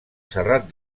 serrat